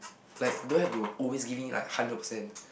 like don't have to always give me like hundred percent